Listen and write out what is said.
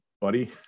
buddy